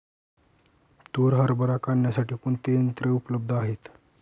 तूर हरभरा काढण्यासाठी कोणती यंत्रे उपलब्ध आहेत?